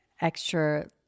extra